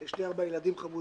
יש לי ארבעה ילדים חמודים.